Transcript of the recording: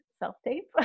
self-tape